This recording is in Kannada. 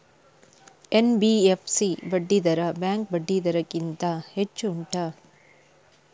ಎನ್.ಬಿ.ಎಫ್.ಸಿ ಬಡ್ಡಿ ದರ ಬ್ಯಾಂಕ್ ಬಡ್ಡಿ ದರ ಗಿಂತ ಹೆಚ್ಚು ಉಂಟಾ